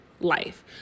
life